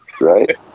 Right